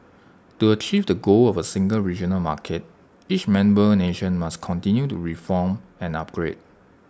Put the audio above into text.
to achieve the goal of A single regional market each member nation must continue to reform and upgrade